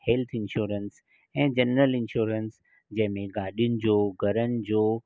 health insurance ऐं general insurance जंहिं में गाॾियुनि जो घरनि जो